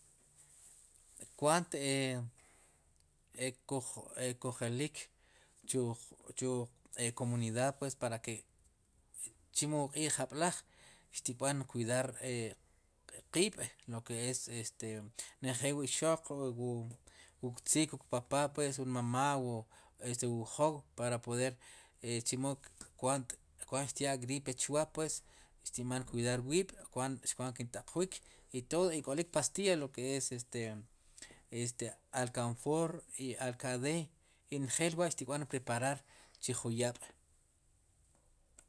Kwaant e kuj kujjelik chu, chu wuq komunidad pues para ke chemo wu q'iij jab'laj xtib'an kwidar e qiib'lo ke es este njel wu ixoq wu ktziik wun papá, wun mamá este wu wjow para poder i chemo kwaant xtyaa riib' chwa pues xtinb'an kuidar wiib' kwaant xkint'aqwik i todo ik'oloi pastilla loke es lakanfoor i alkadé i njel wa' xtkb'an preparar chi jun yaab'